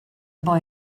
boy